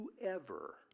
Whoever